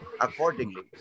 accordingly